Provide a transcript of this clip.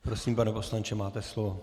Prosím, pane poslanče, máte slovo.